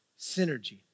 synergy